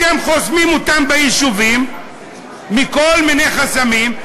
אתם חוסמים אותם ביישובים בכל מיני חסמים,